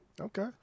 okay